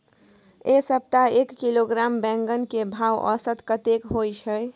ऐ सप्ताह एक किलोग्राम बैंगन के भाव औसत कतेक होय छै?